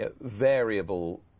variable